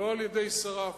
לא על-ידי שרף,